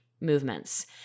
movements